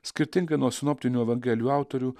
skirtingai nuo sinoptinių evangelijų autorių